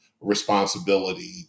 Responsibility